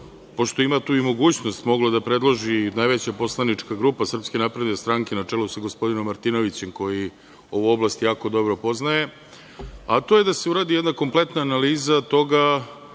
pošto ima tu i mogućnost, mogla da predloži najveća poslanička grupa SNS, na čelu sa gospodinom Martinovićem koji ovu oblast jako dobro poznaje, a to je da se uradi jedna kompletna analiza toga